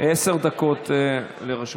עשר דקות לרשותך.